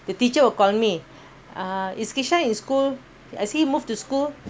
the teacher will call me uh is kishaanth in school has he moved to school